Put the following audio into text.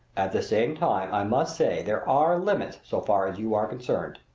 at the same time i must say there are limits so far as you are concerned.